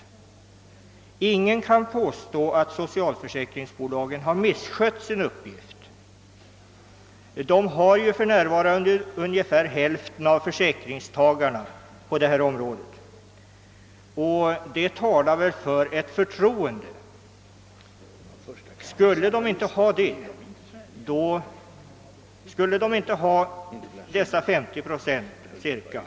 Ingen kan påstå att socialförsäkringsbolagen har misskött sin uppgift. De har för närvarande ungefär hälften av försäkringstagarna på det här området, vilket väl talar för att de omfattas med förtroende. Saknades ett sådant skulle de väl inte ha ungefär 50 procent av försäkringstagarna.